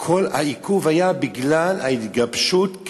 העיכוב היה בגלל ההתגבשות,